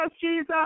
Jesus